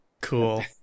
Cool